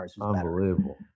Unbelievable